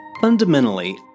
Fundamentally